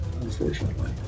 unfortunately